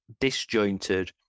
disjointed